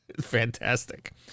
Fantastic